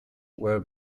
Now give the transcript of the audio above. were